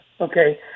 okay